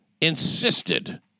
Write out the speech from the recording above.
insisted